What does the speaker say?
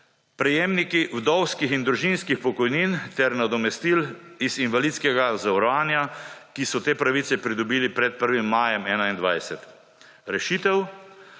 prejemniki vdovskih in družinskih pokojnin ter nadomestil iz invalidskega zavarovanja, ki so te pravice pridobili pred 1. majem 2021. Rešitev?